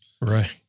Right